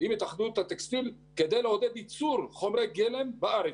עם התאחדות הטקסטיל כדי לעודד ייצור חומרי גלם בארץ.